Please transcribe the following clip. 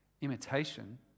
Imitation